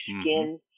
skin